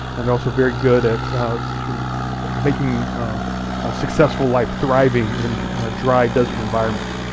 and they're also very good at sort of making a successful life, thriving in dry desert environments.